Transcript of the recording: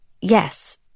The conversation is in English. yes